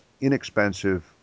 inexpensive